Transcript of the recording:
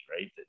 right